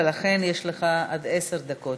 ולכן יש לך עד עשר דקות.